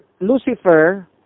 Lucifer